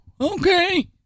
okay